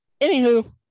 Anywho